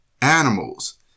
animals